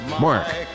Mark